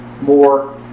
more